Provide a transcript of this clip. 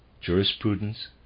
jurisprudence